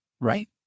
Right